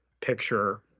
picture